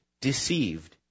deceived